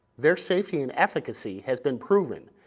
their safety and efficacy has been proven,